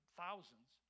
thousands